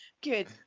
Good